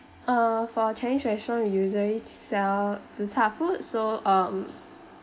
uh for chinese restaurant we usually sell zi char food so um